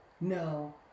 No